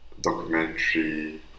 documentary